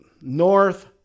North